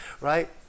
right